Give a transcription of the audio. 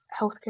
healthcare